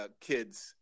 kids